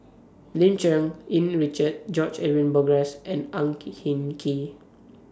Lim Cherng Yih Richard George Edwin Bogaars and Ang Hin Kee